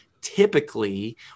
Typically